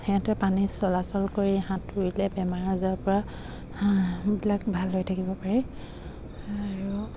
সিহঁতে পানীত চলাচল কৰি সাতুৰিলে বেমাৰ আজাৰৰ পৰা হাঁহবিলাক ভাল হৈ থাকিব পাৰি আৰু